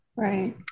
Right